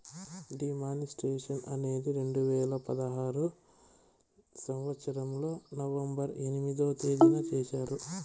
D మానిస్ట్రేషన్ అనేది రెండు వేల పదహారు సంవచ్చరంలో నవంబర్ ఎనిమిదో తేదీన చేశారు